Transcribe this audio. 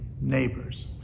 neighbors